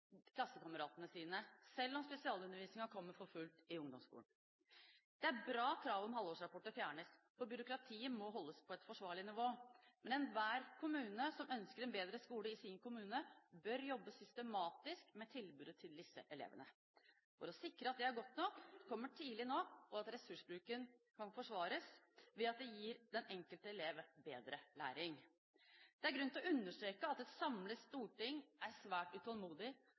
klassekameratene, selv om spesialundervisningen kommer for fullt i ungdomsskolen. Det er bra at kravet om halvårsrapporter fjernes, for byråkratiet må holdes på et forsvarlig nivå. Men enhver kommune som ønsker en bedre skole, bør jobbe systematisk med tilbudet til disse elevene for å sikre at det er godt nok, kommer tidlig nok, og at ressursbruken kan forsvares ved at det gir den enkelte elev bedre læring. Det er grunn til å understerke at et samlet storting er svært utålmodig